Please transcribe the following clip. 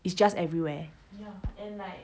it's just everywhere ya and like